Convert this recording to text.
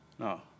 No